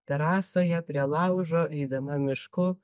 terasoje prie laužo eidama mišku